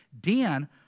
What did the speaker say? Dan